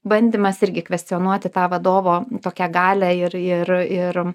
bandymas irgi kvestionuoti tą vadovo tokią galią ir ir ir